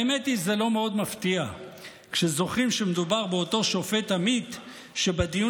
האמת היא שזה לא מאוד מפתיע כשזוכרים שמדובר באותו שופט עמית שבדיון